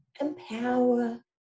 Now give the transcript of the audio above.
empower